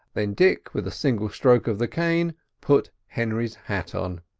then dick with a single stroke of the cane put henry's hat on.